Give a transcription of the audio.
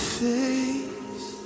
face